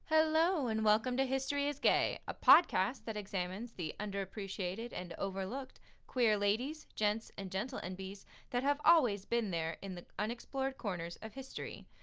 hello and welcome to history is gay, a podcast that examines the underappreciated and overlooked queer ladies, gents, and gentle-enbies that have always been there in the unexplored corners of history.